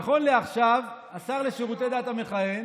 נכון לעכשיו, השר לשירותי דת המכהן